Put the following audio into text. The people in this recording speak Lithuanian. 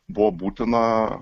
buvo būtina